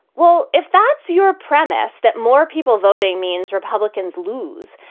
well, if that's your premise that more people voting means republicans lose.